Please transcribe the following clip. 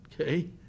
Okay